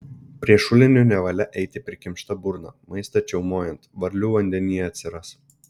prie šulinio nevalia eiti prikimšta burna maistą čiaumojant varlių vandenyje atsiras